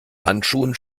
handschuhen